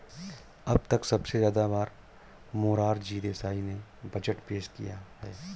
अब तक सबसे ज्यादा बार मोरार जी देसाई ने बजट पेश किया है